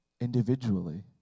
individually